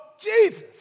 Jesus